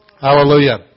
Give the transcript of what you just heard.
Hallelujah